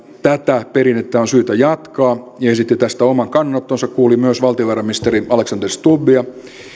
tätä perinnettä on syytä jatkaa ja esitti tästä oman kannanottonsa kuuli myös valtiovarainministeri alexander stubbia